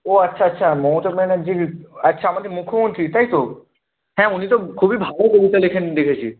ও আচ্ছা আচ্ছা মমতা ব্যানার্জি আচ্ছা আমাদের মুখ্যমন্ত্রী তাই তো হ্যাঁ উনি তো খুবই ভালো কবিতা লেখেন দেখেছি